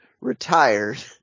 retired